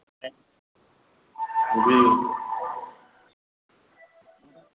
जी